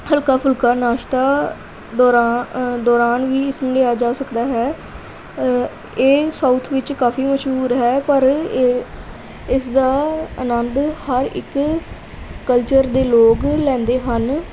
ਹਲਕਾ ਫੁਲਕਾ ਨਾਸ਼ਤਾ ਦੌਰਾ ਦੌਰਾਨ ਵੀ ਸੁਣ ਲਿਆ ਜਾ ਸਕਦਾ ਹੈ ਇਹ ਸਾਊਥ ਵਿੱਚ ਕਾਫ਼ੀ ਮਸ਼ਹੂਰ ਹੈ ਪਰ ਇਹ ਇਸ ਦਾ ਆਨੰਦ ਹਰ ਇੱਕ ਕਲਚਰ ਦੇ ਲੋਕ ਲੈਂਦੇ ਹਨ